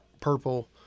purple –